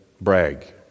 brag